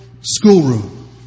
schoolroom